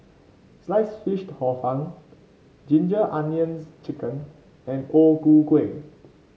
Sliced Fish Hor Fun Ginger Onions chicken and O Ku Kueh